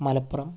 Malappuram